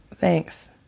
Thanks